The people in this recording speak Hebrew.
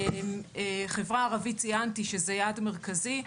חברה ערבית ציינתי שזה יעד מרכזי.